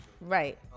Right